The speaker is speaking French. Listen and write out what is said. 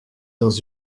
dans